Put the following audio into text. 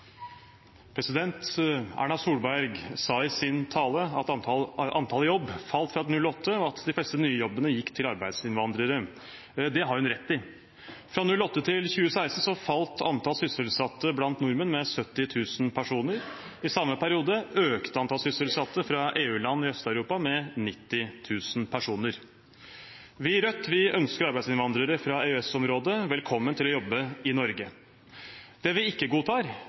Erna Solberg sa i sin tale at antallet i jobb falt fra 2008, og at de fleste nye jobbene gikk til arbeidsinnvandrere. Det har hun rett i. Fra 2008 til 2016 falt antall sysselsatte blant nordmenn med 70 000 personer. I samme periode økte antall sysselsatte fra EU-land i Øst-Europa med 90 000 personer. Vi i Rødt ønsker arbeidsinnvandrere fra EØS-området velkommen til å jobbe i Norge. Det vi ikke godtar,